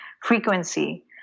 frequency